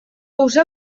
уже